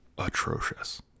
atrocious